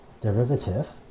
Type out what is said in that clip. derivative